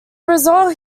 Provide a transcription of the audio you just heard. result